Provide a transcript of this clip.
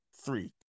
three